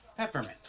peppermint